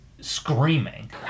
screaming